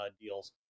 deals